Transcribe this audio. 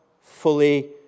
fully